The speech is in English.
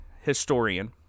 historian